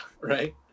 right